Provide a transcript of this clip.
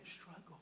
struggle